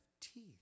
teeth